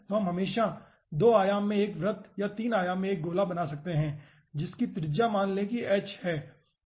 तो हम हमेशा 2 आयाम में एक वृत्त या 3 आयाम में एक गोला बना सकते हैं जिसकी त्रिज्या मान लें कि h है